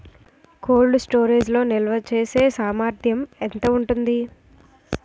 Cold storage లో నిల్వచేసేసామర్థ్యం ఎంత ఉంటుంది?